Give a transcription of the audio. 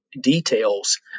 details